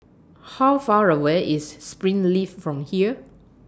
How Far away IS Springleaf from here